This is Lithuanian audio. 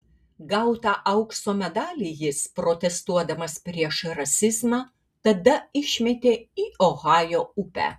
gautą aukso medalį jis protestuodamas prieš rasizmą tada išmetė į ohajo upę